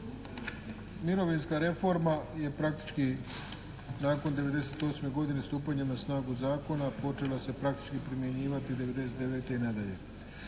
mirovinska reforma je praktički nakon '98. godine stupanjem na snagu zakona počela se praktički primjenjivati '99. i nadalje.